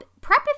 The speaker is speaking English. prep